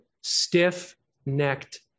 stiff-necked